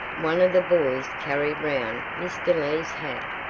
one of the boys carried round mr. lee's hat,